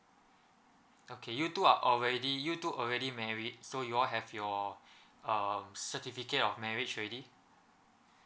okay you two are already you two are already married so you all have your um certificate of marriage already